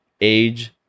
age